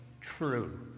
true